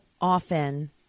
often